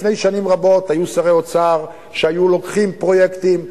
לפני שנים רבות היו שרי אוצר שהיו לוקחים פרויקטים,